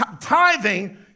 tithing